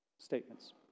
Statements